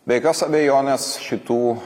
be jokios abejonės šitų